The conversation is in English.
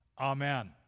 Amen